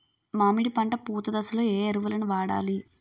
మామిడి పంట పూత దశలో ఏ ఎరువులను వాడాలి?